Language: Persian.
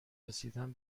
رسیدن